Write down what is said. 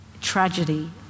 tragedy